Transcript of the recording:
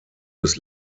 des